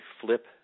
flip